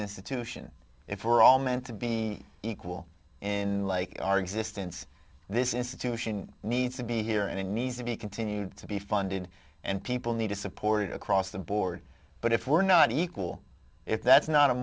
institution if we are all meant to be equal in our existence this institution needs to be here and it needs to be continue to be funded and people need to support across the board but if we're not equal if that's not a